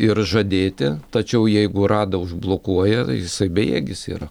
ir žadėti tačiau jeigu rada užblokuoja jisai bejėgis yra